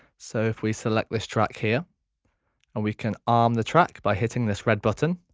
so if we select this track here and we can arm the track by hitting this red button